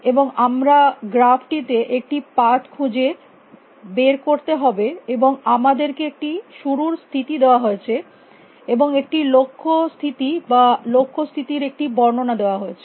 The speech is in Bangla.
এবং আমাকে গ্রাফটি তে একটি পাথ খুঁজে বার করতে হবে এবং আমাদের কে একটি শুরুর স্থিতি দেওয়া হয়েছে এবং একটি লক্ষ্য স্থিতি বা লক্ষ্য স্থিতির একটি বর্ণনা দেওয়া হয়েছে